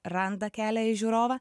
randa kelią į žiūrovą